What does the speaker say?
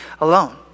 alone